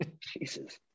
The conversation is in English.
Jesus